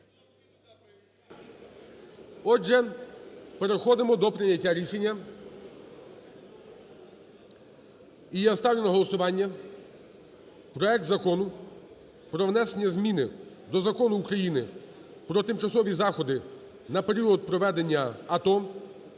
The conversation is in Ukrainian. Отже, переходимо до прийняття рішення. І я ставлю на голосування проект Закону про внесення змін до Закону України "Про тимчасові заходи на період проведення АТО"